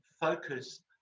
focus